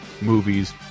movies